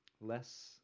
less